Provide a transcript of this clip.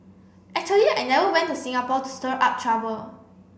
actually I never went to Singapore to stir up trouble